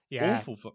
Awful